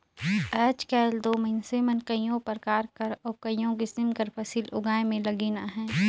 आएज काएल दो मइनसे मन कइयो परकार कर अउ कइयो किसिम कर फसिल उगाए में लगिन अहें